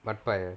mudpie ah